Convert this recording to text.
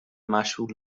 مشمول